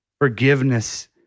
Forgiveness